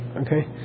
okay